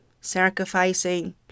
sacrificing